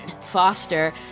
Foster